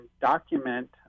document